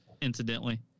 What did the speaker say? incidentally